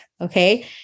okay